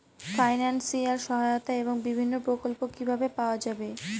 Financial সহায়তা এবং বিভিন্ন প্রকল্প কিভাবে পাওয়া যাবে?